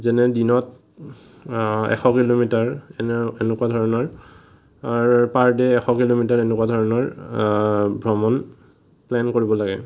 যেনে দিনত এশ কিলোমিটাৰ এনেকুৱা ধৰণৰ পাৰ ডে এশ কিলোমিটাৰ এনেকুৱা ধৰণৰ ভ্ৰমণ প্লেন কৰিব লাগে